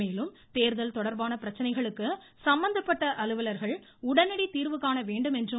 மேலும் தேர்தல் தொடா்பான பிரச்சனைகளுக்கு சம்பந்தப்பட்ட அலுவலர்கள் உடனடி தீர்வு காண வேண்டும் என்று அறிவுறுத்தினார்